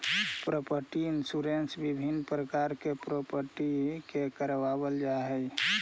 property insurance विभिन्न प्रकार के प्रॉपर्टी के करवावल जाऽ हई